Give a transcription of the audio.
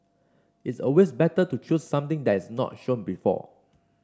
it's always better to choose something that's not shown before